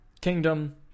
kingdom